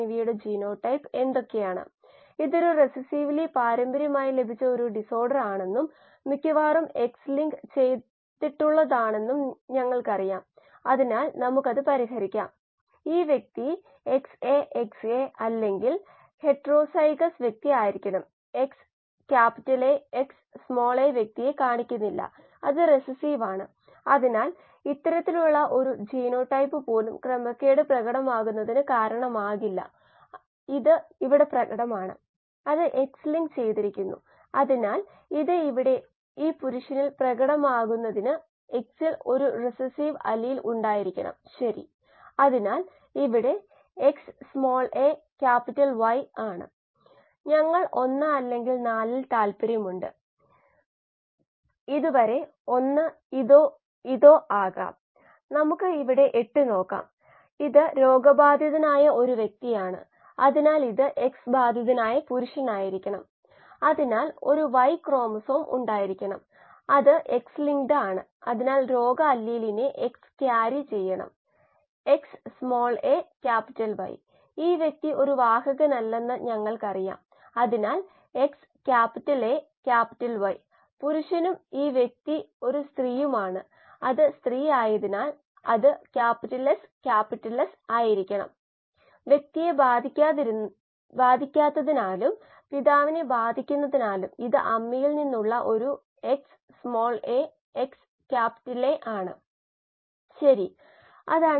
എന്നിവയുടെ അടിസ്ഥാനത്തിൽ ഉത്പാദിപ്പിക്കുന്ന കോശങ്ങളുടെയും ഓക്സിജെൻറെ ഉപഭോഗത്തിന്റെയും ആനുപാതമാണ്